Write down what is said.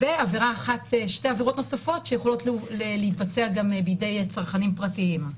שתי עבירות נוספות שיכולות להתבצע גם בידי צרכנים פרטיים.